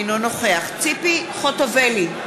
אינו נוכח ציפי חוטובלי,